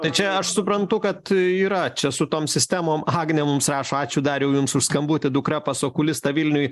tai čia aš suprantu kad yra čia su tom sistemom agnė mums rašo ačiū dariau jums už skambutį dukra pas okulistą vilniuj